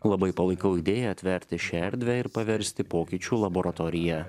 labai palaikau idėją atverti šią erdvę ir paversti pokyčių laboratorija